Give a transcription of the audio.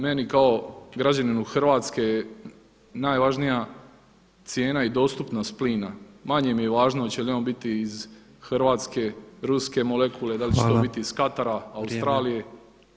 Meni kao građaninu Hrvatske najvažnija cijena i dostupnost plina, manje je važno hoće li on biti iz Hrvatske, ruske molekule, da li će to biti iz Katara [[Upadica Petrov: Vrijeme.]] Australije.